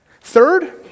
Third